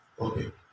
Okay